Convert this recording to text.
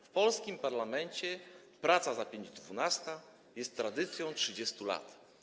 W polskim parlamencie praca za pięć dwunasta jest tradycją od 30 lat.